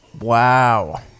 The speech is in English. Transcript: Wow